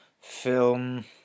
film